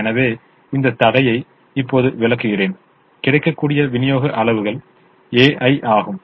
எனவே இந்த தடையை இப்போது விளக்குகிறேன் கிடைக்கக்கூடிய விநியோக அளவுகள் ai ஆகும்